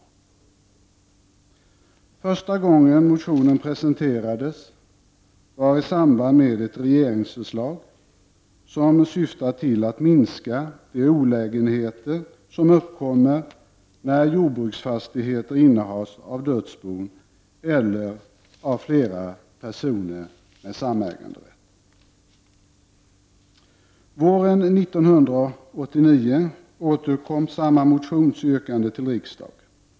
Första gången motionen presenterades var i samband med ett regeringsförslag som syftade till att minska de olägenheter som uppkommer när jordbruksfastigheter innehas av dödsbon eller av flera personer med samäganderätt. Våren 1989 återkom samma motionsyrkande till riksdagen.